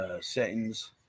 Settings